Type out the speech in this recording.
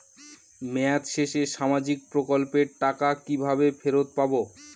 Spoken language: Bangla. মেয়াদ শেষে সামাজিক প্রকল্পের টাকা কিভাবে ফেরত পাবো?